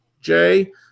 Jay